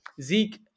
Zeke